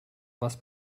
was